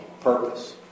purpose